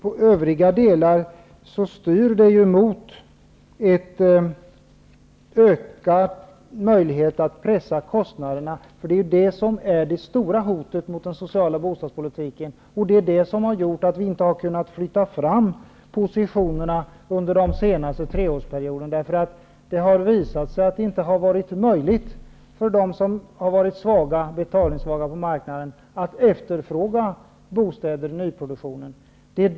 I övriga delar styr det mot ökade möjligheter att pressa kostnaderna. Det är ju det stora hotet mot den sociala bostadspolitiken. Det är det som har gjort att vi inte har kunnat flytta fram positionerna under den senaste treårsperioden. Det har visat sig att det inte har varit möjligt för dem som varit betalningssvaga på marknaden att efterfråga bostäder i nyproduktionen.